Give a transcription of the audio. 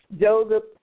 Joseph